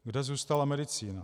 Kde zůstala medicína?